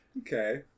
Okay